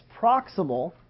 proximal